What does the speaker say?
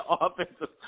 offensive